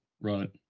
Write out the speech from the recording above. Right